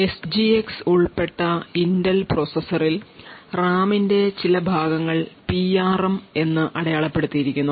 SGX ഉൾപ്പെട്ട Intel പ്രോസസറിൽ RAMന്റെ ചില ഭാഗങ്ങൾ പിആർഎം എന്ന് അടയാളപ്പെടുത്തിയിരിക്കുന്നു